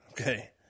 Okay